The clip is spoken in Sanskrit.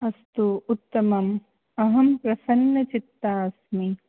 अस्तु उत्तमं अहं प्रसन्नचित्ता अस्मि